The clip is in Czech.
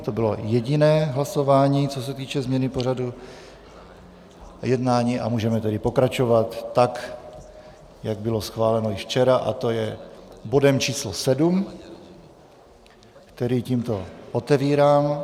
To bylo jediné hlasování, co se týče změny pořadu jednání, a můžeme tedy pokračovat tak, jak bylo schváleno již včera, a to je bodem číslo 7, který tímto otevírám.